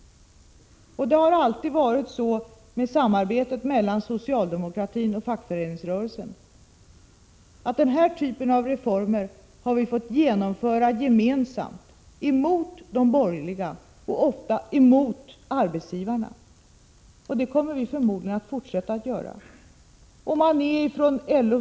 Det har alltid varit så när det gäller samarbetet mellan socialdemokratin och fackföreningsrörelsen att vi gemensamt måst genomföra denna typ av reformer, under motstånd från de — Prot. 1986/87:94 borgerliga och ofta under motstånd från arbetsgivarna. Det kommer vi 25 mars 1987 förmodligen att fortsätta att göra.